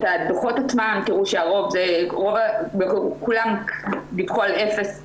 הדוחות עצמם תראו שכולם דיווחו על אפס תלונות.